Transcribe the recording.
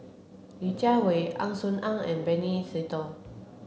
Li Jiawei Ang Swee Aun and Benny Se Teo